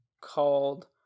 called